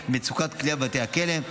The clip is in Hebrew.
מצוקת כליאה בבתי הכלא,